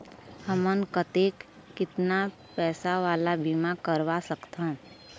हमन कतेक कितना पैसा वाला बीमा करवा सकथन?